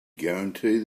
guarantee